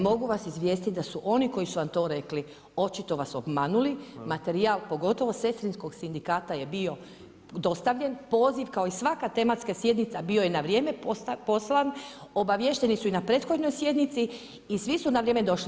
Mogu vas izvijestiti da su oni koji su vam to rekli, očito vas obmanuli, materijal pogotovo sestrinskog sindikata je bio dostavljen, poziv kao i svaka tematska sjednica bio je na vrijeme poslan, obaviješteni su i na prethodnoj sjednici i svi su na vrijeme došli.